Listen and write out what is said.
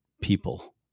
people